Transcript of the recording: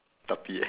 tapi eh